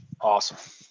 Awesome